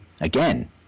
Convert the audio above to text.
again